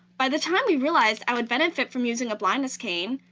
by the time we realized i would benefit from using a blindness cane,